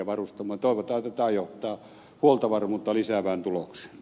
toivotaan että tämä johtaa huoltovarmuutta lisäävään tulokseen